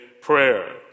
prayer